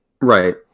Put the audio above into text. Right